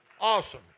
Awesome